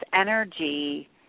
energy